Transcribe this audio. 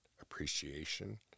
appreciation